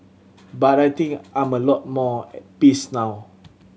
but I think I'm a lot more at peace now